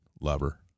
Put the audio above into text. lover